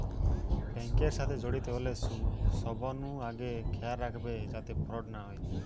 bank এর সাথে জড়িত হলে সবনু আগে খেয়াল রাখবে যাতে ফ্রড না হয়